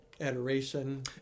Adoration